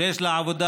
שיש לה עבודה,